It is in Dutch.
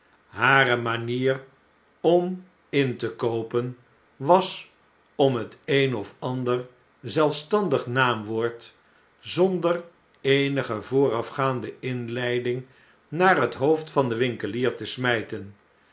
hare manier om in te koopen was om het een of ander zelfstandig naamwoord zonder eenige voorafgaande inleiding naar het hoofd van den winkelier te smyten